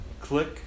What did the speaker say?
click